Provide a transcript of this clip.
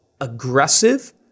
aggressive